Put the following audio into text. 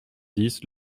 dix